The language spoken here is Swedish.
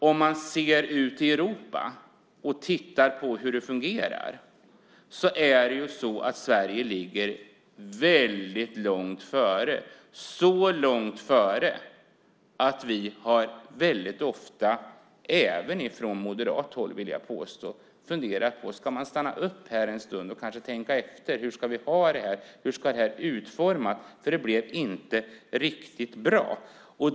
Om vi ser hur det fungerar i Europa ligger Sverige väldigt långt före, så långt före att vi väldigt ofta, även från moderat håll, vill jag påstå, funderat på om vi ska stanna upp här ett tag och kanske tänka efter hur vi ska ha det och hur detta ska utformas eftersom det inte blev riktigt bra.